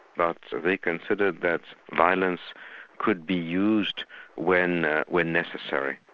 but they considered that violence could be used when ah when necessary,